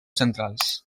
centrals